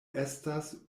estas